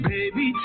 Baby